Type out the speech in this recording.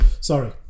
sorry